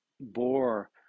bore